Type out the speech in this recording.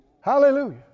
Hallelujah